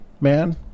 man